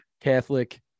Catholic